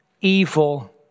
evil